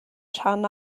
rhan